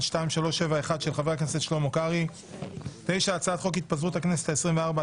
של ח"כ יואב קיש 9. הצעת חוק התפזרות הכנסת העשרים וארבע,